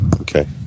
okay